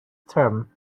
term